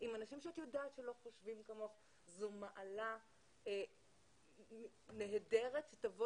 עם אנשים שאת יודעת שלא חושבים כמוך זו מעלה נהדרת שתבוא